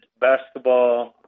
basketball